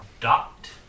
Dot